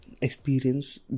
experience